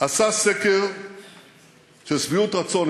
עשה סקר של שביעות רצון,